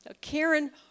Karen